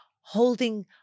holding